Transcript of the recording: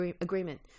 agreement